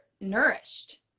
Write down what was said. nourished